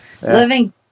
living